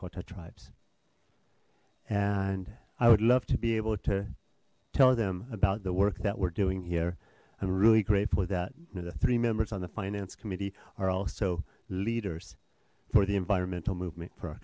lakota tribes and i would love to be able to tell them about the work that we're doing here i'm really grateful that the three members on the finance committee are also leaders for the environmental movement for